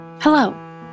Hello